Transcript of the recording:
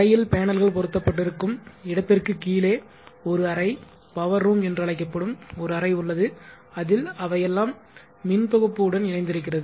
தரையில் பேனல்கள் பொருத்தப்பட்டிருக்கும் இடத்திற்குக் கீழே ஒரு அறை பவர் ரூம் என்று அழைக்கப்படும் ஒரு அறை உள்ளது அதில் அவையெல்லாம் மின் தொகுப்பு உடன் இணைந்திருக்கிறது